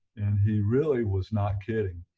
and he really was not kidding.